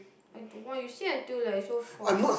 I don't want you say until like you so forced